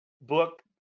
book